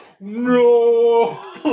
no